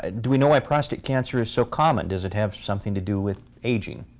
ah do we know why prostate cancer is so common? does it have something to do with aging?